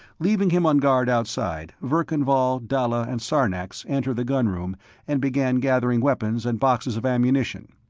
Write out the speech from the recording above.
leaving him on guard outside, verkan vall, dalla and sarnax entered the gun room and began gathering weapons and boxes of ammunition.